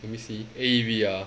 let me see A_E_V ah